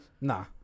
Nah